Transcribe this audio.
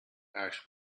ash